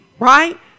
Right